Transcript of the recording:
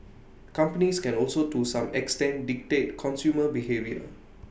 companies can also to some extent dictate consumer behaviour